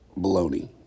baloney